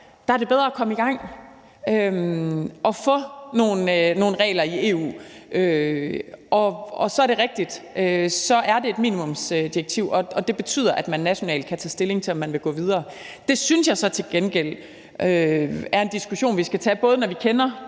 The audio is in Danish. her er det bedre at komme i gang og få nogle regler i EU. Så er det rigtigt, at det er et minimumsdirektiv, og det betyder, at man nationalt kan tage stilling til, om man vil gå videre. Det synes jeg så til gengæld er en diskussion, vi skal tage, både når vi kender